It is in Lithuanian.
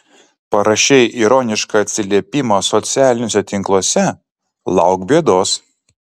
parašei ironišką atsiliepimą socialiniuose tinkluose lauk bėdos